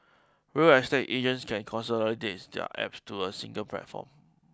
real estate agents can consolidates their apps to a single platform